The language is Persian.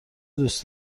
دوست